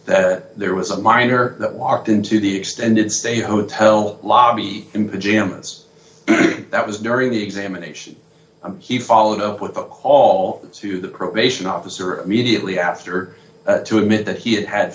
that there was a minor walked into the extended stay hotel lobby in the g m s that was during the examination he followed up with a call to the probation officer immediately after to admit that he had had